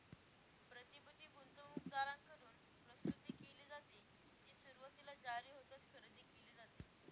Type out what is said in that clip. प्रतिभूती गुंतवणूकदारांकडून प्रस्तुत केली जाते, जी सुरुवातीला जारी होताच खरेदी केली जाते